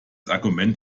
argument